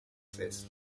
fest